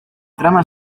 trama